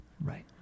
Right